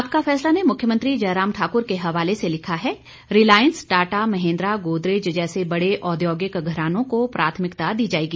आपका फैसला ने मुख्यमंत्री जयराम ठाक्र के हवाले से लिखा है रिलायंस टाटा महेंद्रा गोदरेज जैसे बड़े औद्योगिक घरानों को प्राथमिकता दी जाएगी